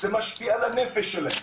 זה משפיע על הנפש שלהם,